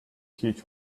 teach